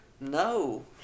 No